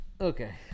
Okay